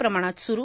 प्रमाणात सुरु